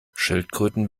schildkröten